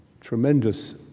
tremendous